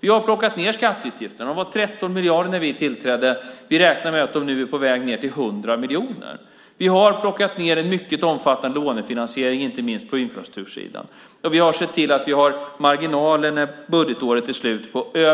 Vi har minskat skatteutgifterna. De var 13 miljarder när vi tillträdde. Vi räknar med att de nu är på väg ned till 100 miljoner. Vi har plockat ned en mycket omfattande lånefinansiering, inte minst på infrastruktursidan. Vi har varje år sett till att vi har marginaler på över 10 miljarder när budgetåret är slut. Det